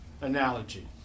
analogy